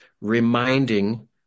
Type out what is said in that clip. reminding